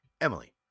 emily